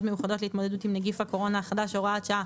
מיוחדות להתמודדות עם נגיף הקורונה החדש (הוראת שעה)